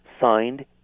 signed